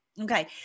Okay